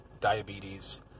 diabetes